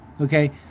okay